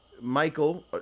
michael